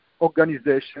organization